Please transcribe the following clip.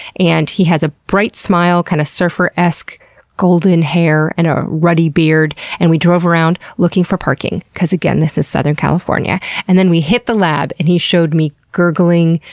he has a bright smile, kind of surfer-esque golden hair, and a ruddy beard, and we drove around looking for parking because, again this is southern california, and then we hit the lab and he showed me gurgling,